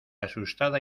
asustada